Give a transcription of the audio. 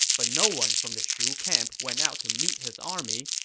but no one from the shu camp went out to meet his army,